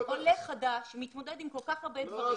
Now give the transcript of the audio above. עולה חדש מתמודד עם כל כך הרבה דברים,